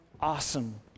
awesome